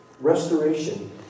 Restoration